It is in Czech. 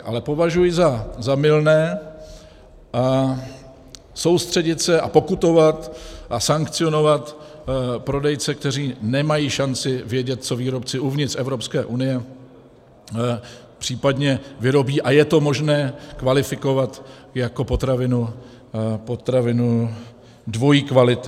Ale považuji za mylné soustředit se a pokutovat a sankcionovat prodejce, kteří nemají šanci vědět, co výrobci uvnitř Evropské unie případně vyrobí, a je to možné kvalifikovat jako potravinu dvojí kvality.